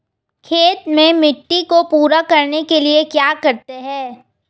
खेत में मिट्टी को पूरा करने के लिए क्या करते हैं?